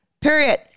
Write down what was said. Period